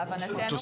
להבנתנו.